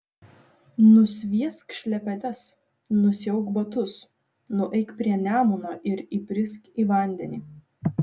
nusviesk šlepetes nusiauk batus nueik prie nemuno ir įbrisk į vandenį